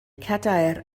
cadair